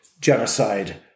genocide